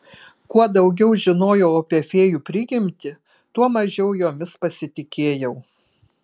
kuo daugiau žinojau apie fėjų prigimtį tuo mažiau jomis pasitikėjau